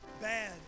bad